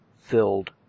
filled